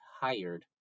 hired